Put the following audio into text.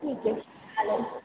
ठीक आहे हॅलो